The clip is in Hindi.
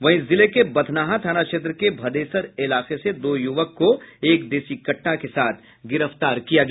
वहीं जिले के बथनाहा थाना क्षेत्र के भदेसर इलाके से दो युवक को एक देशी कट़टा के साथ गिरफ्तार किया गया